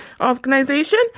Organization